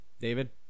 David